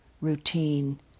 routine